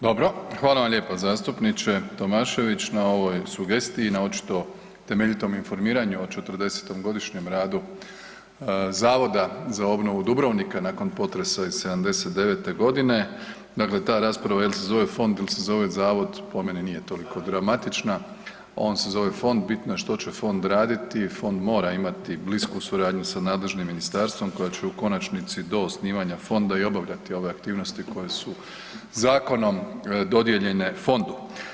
Dobro, hvala vam lijepo zastupniče Tomašević na ovoj sugestiji, na očito temeljitom informiranju o 40.-godišnjem radu Zavoda za obnovu Dubrovnika nakon potresa iz '79.g. Dakle, ta rasprava jel se zove fond il se zove zavod, po meni nije toliko dramatična, on se zove fond, bitno je što će fond raditi, fond mora imati blisku suradnju sa nadležnim ministarstvom koja će u konačnici do osnivanja fonda i obavljati ove aktivnosti koje su zakonom dodijeljene fondu.